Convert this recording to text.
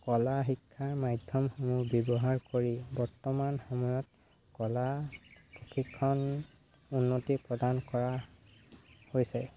কলা শিক্ষাৰ মাধ্যমসমূহ ব্যৱহাৰ কৰি বৰ্তমান সময়ত কলা প্ৰশিক্ষণ উন্নতি প্ৰদান কৰা হৈছে